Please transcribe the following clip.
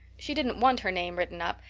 she didn't want her name written up.